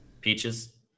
Peaches